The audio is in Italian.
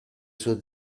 suo